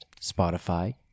Spotify